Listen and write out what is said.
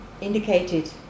indicated